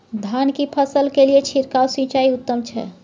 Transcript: धान की फसल के लिये छिरकाव सिंचाई उत्तम छै?